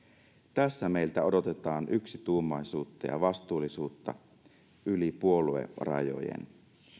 tässä meiltä odotetaan yksituumaisuutta ja vastuullisuutta yli puoluerajojen